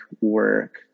work